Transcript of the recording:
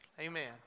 Amen